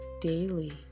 daily